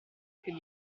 più